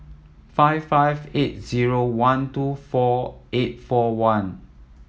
five five eight zero one two four eight four one